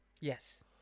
yes